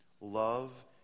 Love